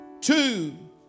two